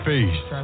Face